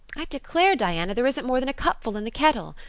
i declare, diana, there isn't more than a cupful in the kettle!